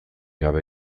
gabe